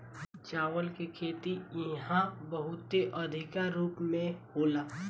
चावल के खेती इहा बहुते अधिका रूप में होला